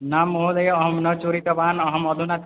न महोदय अहं न चोरितवान् अहम् अधुना